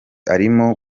arimo